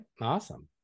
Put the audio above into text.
Awesome